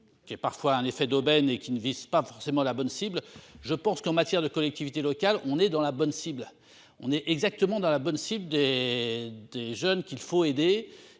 Qui est parfois un effet d'aubaine et qui ne vise pas forcément la bonne cible. Je pense qu'en matière de collectivités locales, on est dans la bonne cible. On est exactement dans la bonne cible des des jeunes qu'il faut aider